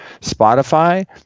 Spotify